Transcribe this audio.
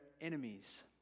enemies